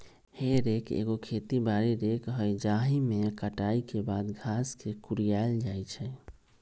हे रेक एगो खेती बारी रेक हइ जाहिमे कटाई के बाद घास के कुरियायल जाइ छइ